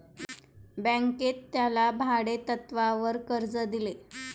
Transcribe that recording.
बँकेने त्याला भाडेतत्वावर कर्ज दिले